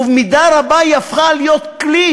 ובמידה רבה היא הפכה להיות כלי